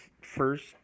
first